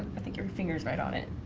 i think your fingers right on it